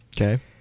Okay